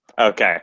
Okay